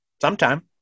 sometime